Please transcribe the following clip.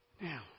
Now